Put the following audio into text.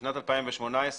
בשנת 2018,